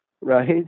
right